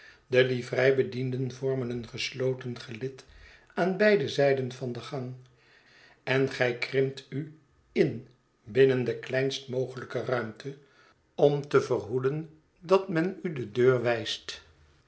de livreibedienden vormen een gesloten gelid aan beide zijden van den gang en gij krimpt u in binnen de kleinst mogelijke ruimte om te verhoeden dat men u de deur uitwijst